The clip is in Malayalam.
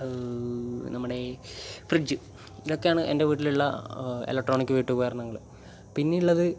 നമ്മുടെ ഫ്രിഡ്ജ് ഇതൊക്കെയാണ് എൻ്റെ വീട്ടിലുള്ള ഇലക്ട്രോണിക് വീട്ടുപകരണങ്ങൾ പിന്നെ ഉള്ളത്